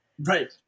Right